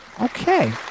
Okay